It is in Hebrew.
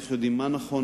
איך יודעים מה נכון,